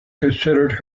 considered